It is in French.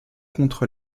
contre